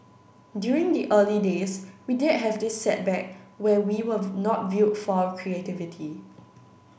during the early days we did have this setback where we were not viewed for our creativity